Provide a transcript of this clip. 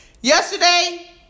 Yesterday